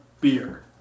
beer